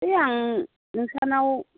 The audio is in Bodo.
होइ आं नोंसानाव